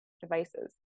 devices